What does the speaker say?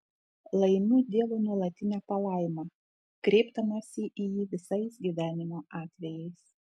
laimiu dievo nuolatinę palaimą kreipdamasi į jį visais gyvenimo atvejais